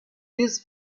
this